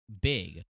big